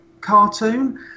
cartoon